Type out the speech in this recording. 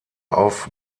auf